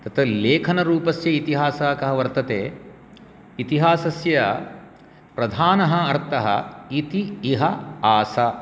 तत् लेखनरूपस्य इतिहासः कः वर्तते इतिहासस्य प्रधानः अर्थः इति इह आस